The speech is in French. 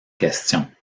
question